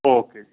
okay जी